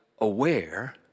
aware